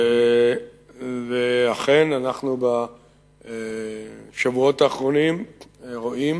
ואנחנו בשבועות האחרונים רואים